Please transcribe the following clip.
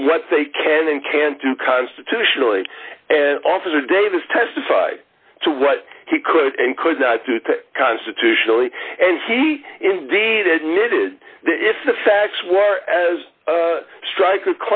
in what they can and can't do constitutionally and officer davis testified to what he could and could not do constitutionally and he indeed admitted if the facts wore as strik